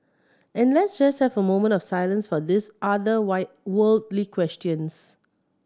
and let's just have a moment of silence for these other worldly questions